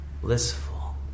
blissful